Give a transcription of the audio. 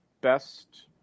best